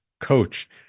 Coach